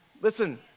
Listen